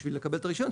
כדי לקבל את הרישיון,